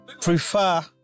prefer